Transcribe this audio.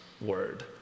Word